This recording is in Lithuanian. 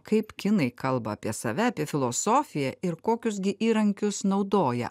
kaip kinai kalba apie save apie filosofiją ir kokius gi įrankius naudoja